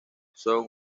son